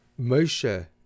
Moshe